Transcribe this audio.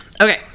Okay